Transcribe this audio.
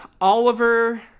Oliver